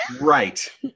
right